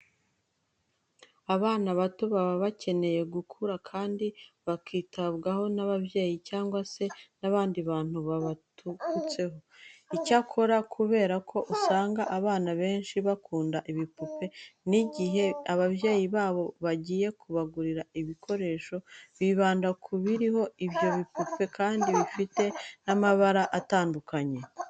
Abana bato baba bakeneye gukura kandi bakitabwaho n'ababyeyi cyangwa se n'abandi bantu babazengurutse. Icyakora kubera ko usanga abana benshi bakunda ibipupe, n'igihe ababyeyi babo bagiye kubagurira ibikoresho bibanda ku biriho ibyo bipupe kandi bifite n'amabara atandukanye.